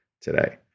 today